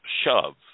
shove